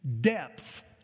Depth